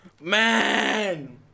man